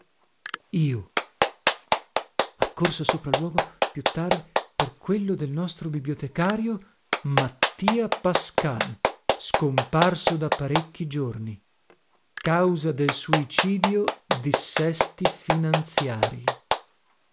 io accorsa sopra luogo più tardi per quello del nostro bibliotecario mattia pascal scomparso da parecchi giorni causa del suicidio dissesti finanziarii